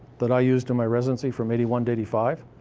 that i used in my residency from eighty one to eighty five.